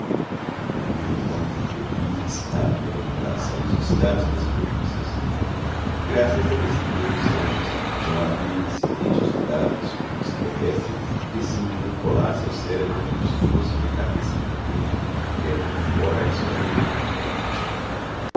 uma mnemônica feliz ensinava me a enumeração dos estados e das províncias graças à destreza do sanches não havia incidente estudado da superfície terrestre que se me não colasse ao cérebro como se fosse minha cabeça por dentro o que é por fora a esfera do